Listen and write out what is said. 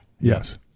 Yes